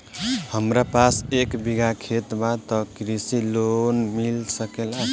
हमरा पास एक बिगहा खेत बा त कृषि लोन मिल सकेला?